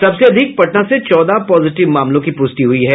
सबसे अधिक पटना से चौदह पॉजिटिव मामलों की पुष्टि हुई है